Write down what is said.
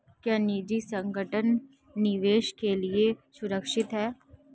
क्या निजी संगठन निवेश के लिए सुरक्षित हैं?